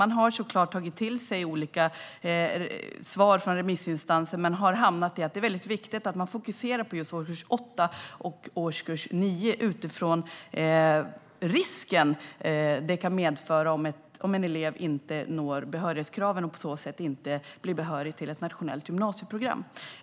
Man har såklart tagit till sig olika svar från remissinstanserna. Men man har kommit fram till att det är mycket viktigt att fokusera på just årskurs 8 och årskurs 9 utifrån den risk det kan medföra om en elev inte når behörighetskraven och på så sätt inte blir behörig till ett nationellt gymnasieprogram.